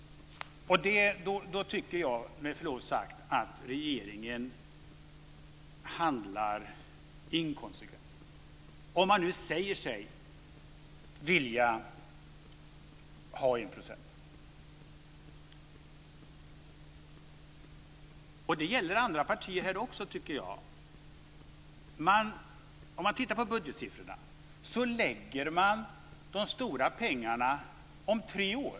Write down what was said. Då tycker jag med förlov sagt att regeringen handlar inkonsekvent, om man nu säger sig vilja ha 1 % som mål. Det gäller också andra partier här. Om man tittar på budgetsiffrorna lägger partierna de stora pengarna om tre år.